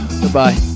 Goodbye